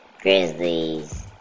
Grizzlies